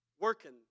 working